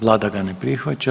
Vlada ga ne prihvaća.